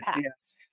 Yes